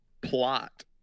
plot